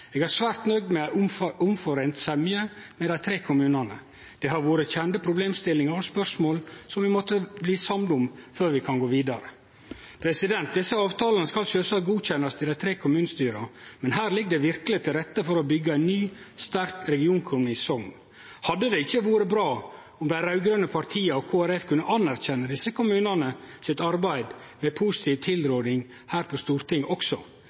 eg trur er ei veldig realistisk og framtidsretta plattform for ein ny kommune». Ordføraren i Sogndal var godt nøgd etter at forhandlingsavtalen var i boks. Han var svært nøgd med ei omforeint semje med dei tre kommunane og sa det hadde vore kjende problemstillingar og spørsmål som dei måtte bli samde om før dei kunne gå vidare. Desse avtalane skal sjølvsagt godkjennast i dei tre kommunestyra, men her ligg det verkeleg til rette for å byggje ein ny, sterk regionkommune i Sogn. Hadde det ikkje vore bra om dei